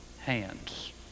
hands